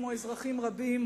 כמו אזרחים רבים,